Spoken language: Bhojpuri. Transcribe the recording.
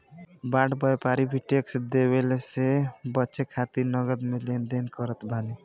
बड़ व्यापारी भी टेक्स देवला से बचे खातिर नगद में लेन देन करत बाने